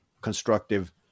constructive